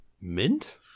Mint